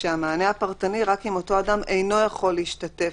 שהמענה הפרטני "רק אם אותו אדם אינו יכול להשתתף",